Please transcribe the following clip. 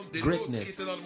greatness